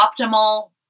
optimal